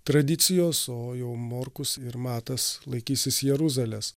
tradicijos o jau morkus ir matas laikysis jeruzalės